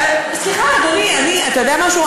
לא, תברכי, סליחה, אדוני, אתה יודע משהו?